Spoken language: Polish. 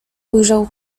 ujrzał